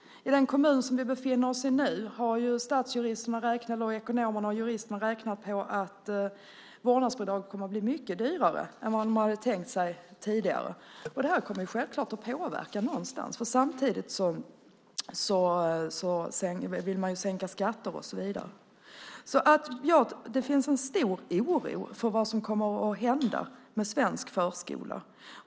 I den kommun som vi nu befinner oss i har ekonomerna och juristerna räknat och funnit att vårdnadsbidraget kommer att bli mycket dyrare än vad de tidigare hade tänkt sig. Det kommer självklart att påverka någonstans eftersom man samtidigt vill sänka skatter, och så vidare. Det finns en stor oro för vad som kommer att hända med svensk förskola.